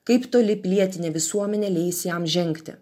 kaip toli pilietinė visuomenė leis jam žengti